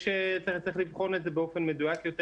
צריך לבחון את זה באופן מדויק יותר